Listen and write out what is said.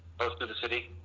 oh, it's through the city?